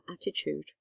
attitude